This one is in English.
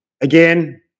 again